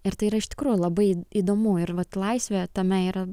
ir tai yra iš tikrųjų labai įdomu ir vat laisvė tame yra